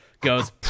goes